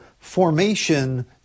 formation